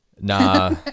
Nah